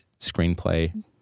screenplay